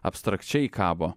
abstrakčiai kabo